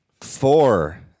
Four